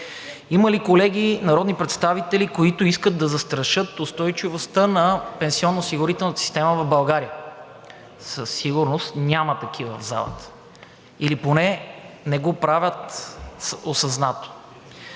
Има ли колеги народни представители, които искат да застрашат устойчивостта на пенсионноосигурителната система в България? Със сигурност няма такива в залата или поне не го правят осъзнато.